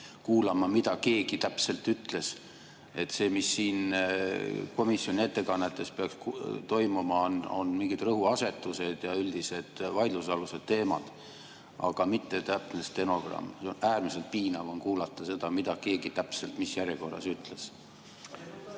kuulama, mida keegi täpselt ütles? Mis siin komisjoni ettekannetes peaks [kõlama], on mingid rõhuasetused ja üldised vaidlusalused teemad, aga mitte täpne stenogramm. Äärmiselt piinav on kuulata seda, mida keegi täpselt mis järjekorras ütles.